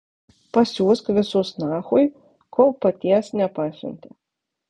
pasiųsk visus nachui kol paties nepasiuntė